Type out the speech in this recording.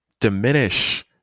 diminish